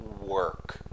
work